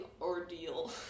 ordeal